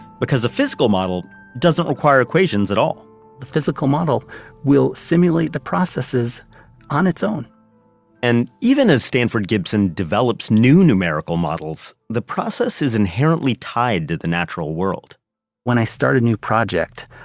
because a physical model doesn't require equations at all the physical model will simulate the processes on its own and even as standard gibson develops new numerical models, the process is inherently tied to the natural world when i start a new project,